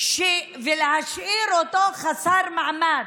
ולהשאיר אותו חסר מעמד.